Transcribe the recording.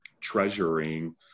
treasuring